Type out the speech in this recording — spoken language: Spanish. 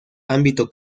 ámbito